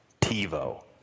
TiVo